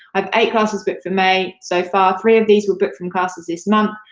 um eight classes booked for may so far. three of these were booked from classes this month.